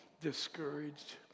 discouraged